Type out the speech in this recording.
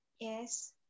Yes